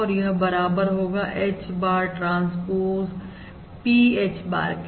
और यह बराबर होगा H bar transpose P H bar के